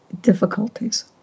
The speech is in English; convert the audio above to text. difficulties